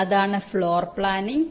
അതാണ് floor planning